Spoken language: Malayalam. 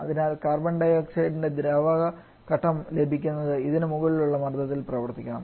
അതിനാൽ കാർബൺ ഡൈ ഓക്സൈഡിന്റെ ദ്രാവക ഘട്ടം ലഭിക്കുന്നതിന് ഇതിന് മുകളിലുള്ള മർദ്ദത്തിൽ പ്രവർത്തിക്കണം